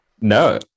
no